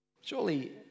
Surely